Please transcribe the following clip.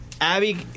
Abby